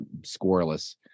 scoreless